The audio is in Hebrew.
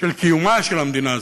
של קיומה של המדינה הזאת,